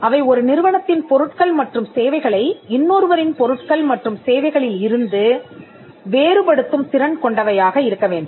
அவை ஒரு நிறுவனத்தின் பொருட்கள் மற்றும் சேவைகளை இன்னொருவரின் பொருட்கள் மற்றும் சேவைகளில் இருந்து வேறுபடுத்தும் திறன் கொண்டவையாக இருக்க வேண்டும்